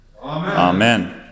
Amen